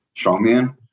strongman